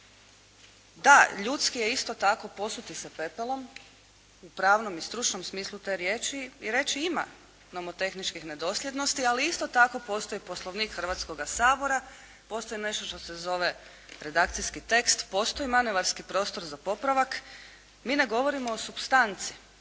Da, ljudski je isto je isto tako posuti se pepelom u pravnom i stručnom smislu te riječi i reći ima nomotehničkih nedosljednosti. Ali isto tako postoji Poslovnik Hrvatskoga sabora, postoji nešto što se zove redakcijski tekst. Postoji manevarski prostor za popravak. Mi ne govorimo o supstanci,